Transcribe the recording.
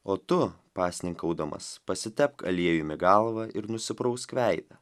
o tu pasninkaudamas pasitepk aliejumi galvą ir nusiprausk veidą